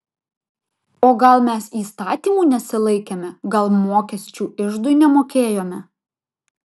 o gal mes įstatymų nesilaikėme gal mokesčių iždui nemokėjome